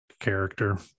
character